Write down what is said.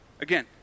Again